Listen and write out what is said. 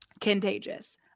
contagious